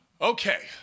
Okay